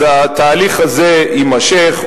אז התהליך הזה יימשך,